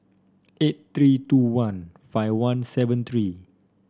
eight three two one five one seven three